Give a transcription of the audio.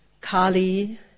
Kali